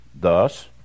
Thus